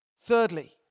Thirdly